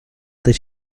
that